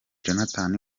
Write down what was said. jonathan